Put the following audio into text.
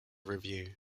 review